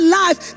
life